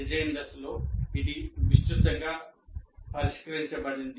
design దశలో ఇది విస్తృతంగా పరిష్కరించబడింది